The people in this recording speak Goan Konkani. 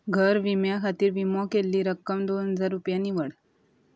घर विम्या खातीर विमो केल्ली रक्कम दोन हजार रुपया निवड